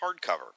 hardcover